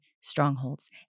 strongholds